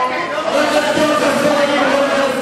אותך, חבר הכנסת